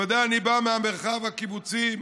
אני בא מהמרחב הקיבוצי,